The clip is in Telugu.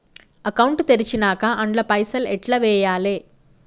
అకౌంట్ తెరిచినాక అండ్ల పైసల్ ఎట్ల వేయాలే?